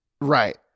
Right